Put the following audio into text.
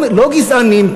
מהלך אימים על החברה,